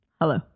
Hello